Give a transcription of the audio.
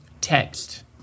text